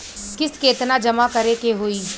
किस्त केतना जमा करे के होई?